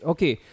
Okay